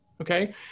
okay